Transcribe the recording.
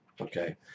okay